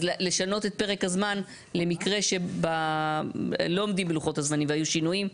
אז לשנות את פרק הזמן למקרה שלא עומדים בלוחות הזמנים והיו שינויים,